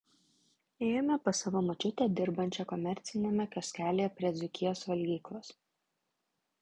ėjome pas savo močiutę dirbančią komerciniame kioskelyje prie dzūkijos valgyklos